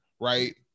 right